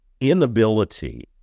inability